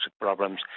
problems